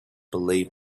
believe